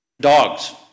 Dogs